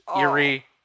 eerie